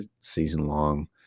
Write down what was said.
season-long